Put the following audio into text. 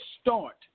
start